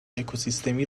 اکوسیستمی